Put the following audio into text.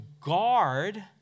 guard